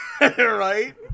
Right